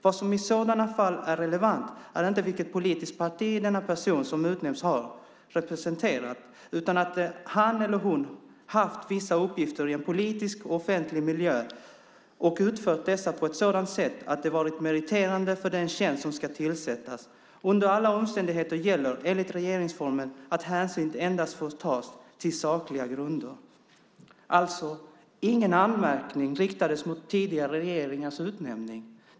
Vad som i sådana fall är relevant är inte vilket politiskt parti den person som utnämns har representerat, utan det att han eller hon haft vissa uppgifter i en politisk och offentlig miljö och utfört dessa på ett sådant sätt att det varit meriterande för den tjänst som skall tillsättas. Under alla omständigheter gäller, enligt regeringsformen, att hänsyn endast får tas till sakliga grunder." Alltså riktades ingen anmärkning mot tidigare regeringars utnämning.